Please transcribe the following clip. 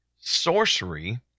Sorcery